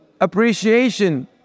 appreciation